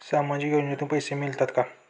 सामाजिक योजनेतून पैसे मिळतात का?